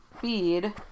feed